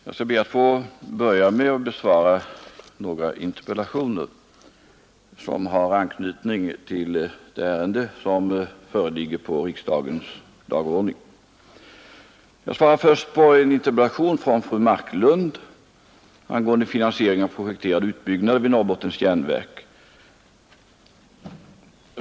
Herr talman! Jag skall börja med att besvara några interpellationer och frågor som har anknytning till det ärende på kammarens föredragningslista som vi nu behandlar. Jag svarar först på en interpellation och en fråga angående projekterade utbyggnader vid Norrbottens järnverk.